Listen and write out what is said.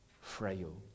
frail